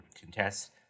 contest